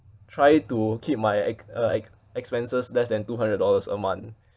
try to keep my ex~ uh ex~ expenses less than two hundred dollars a month